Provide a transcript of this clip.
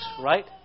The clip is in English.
right